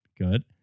good